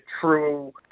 true